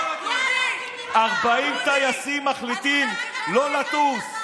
40 טייסים מחליטים לא לטוס,